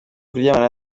kuryamana